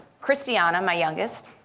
christiana, my youngest,